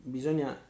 bisogna